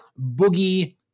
Boogie